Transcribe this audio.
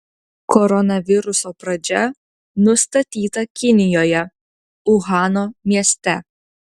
koronaviruso pradžia nustatyta kinijoje uhano mieste